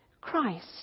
Christ